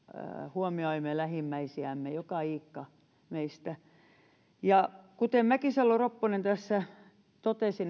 huomioimme lähimmäisiämme joka iikka meistä kuten mäkisalo ropponen tässä totesi